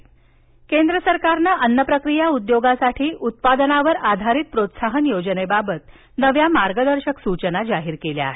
अन्न प्रक्रिया केंद्र सरकारनं अन्नप्रक्रिया उद्योगासाठी उत्पादनावर आधारित प्रोत्साहन योजनेबाबत मार्गदर्शक सूचना जाहीर केल्या आहेत